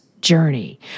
journey